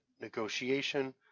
negotiation